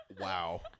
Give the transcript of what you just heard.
Wow